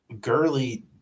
Gurley